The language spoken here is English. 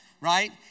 right